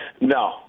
No